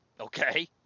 Okay